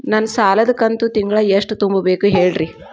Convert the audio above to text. ನನ್ನ ಸಾಲದ ಕಂತು ತಿಂಗಳ ಎಷ್ಟ ತುಂಬಬೇಕು ಹೇಳ್ರಿ?